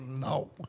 No